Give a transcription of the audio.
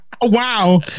wow